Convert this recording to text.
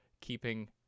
keeping